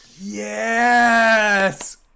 yes